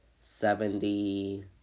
Seventy